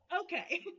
Okay